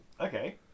Okay